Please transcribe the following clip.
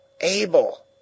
ABEL